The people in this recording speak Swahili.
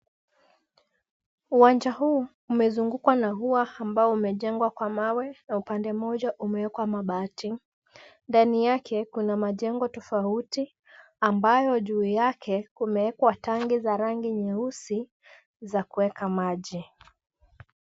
Uwanja huu umezungukwa na ua ambao umejengwa kwa mawe na upande mmoja umewekwa mabati. Ndani yake, kuna majengo tofauti ambayo juu yake kumeekwa tanki za rangi nyeusi za kueka maji.